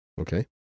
Okay